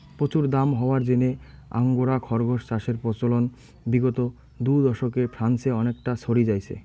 প্রচুর দাম হওয়ার জিনে আঙ্গোরা খরগোস চাষের প্রচলন বিগত দু দশকে ফ্রান্সে অনেকটা ছড়ি যাইচে